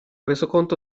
resoconto